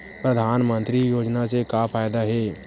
परधानमंतरी योजना से का फ़ायदा हे?